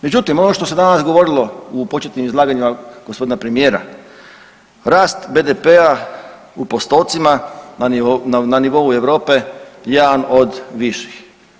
Međutim, ono što se danas govorilo u početnim izlaganjima g. premijera, rast BDP-a u postocima na nivou Europe jedan od viših.